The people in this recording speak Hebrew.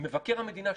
מבקר המדינה שותק.